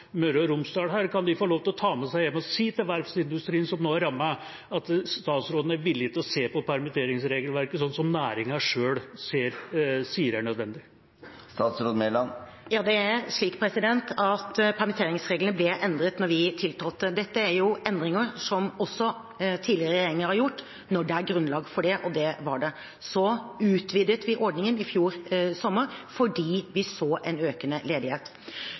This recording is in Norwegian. Møre og Romsdal her, kan de få lov til å ta med seg hjem og si til verftsindustrien som nå er rammet, at statsråden er villig til å se på permitteringsregelverket, sånn som næringa selv sier er nødvendig? Ja, det er slik at permitteringsreglene ble endret da vi tiltrådte. Dette er endringer som også tidligere regjeringer har gjort når det har vært grunnlag for det, og det var det da. Så utvidet vi ordningen i fjor sommer fordi vi så en økende ledighet.